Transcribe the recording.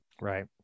Right